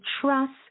trust